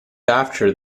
after